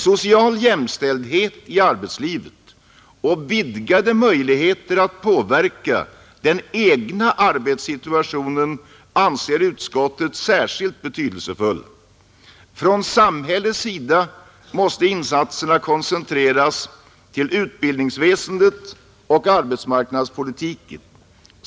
Social jämställdhet i arbetslivet och vidgade möjligheter att påverka den egna arbetssituationen anser utskottet särskilt betydelsefulla. Från samhällets sida måste insatserna koncentreras till utbildningsväsendet och arbetsmarknadspolitiken.